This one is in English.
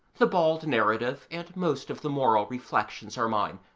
the bald narrative and most of the moral reflections are mine,